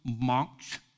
monks